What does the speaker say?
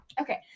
Okay